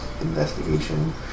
investigation